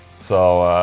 so.